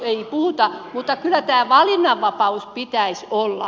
ei puhuta mutta kyllä tämä valinnanvapaus pitäisi olla